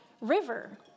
River